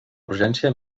urgència